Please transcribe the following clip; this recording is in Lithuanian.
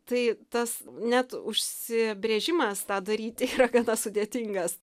tai tas net užsibrėžimas tą daryti yra gana sudėtingas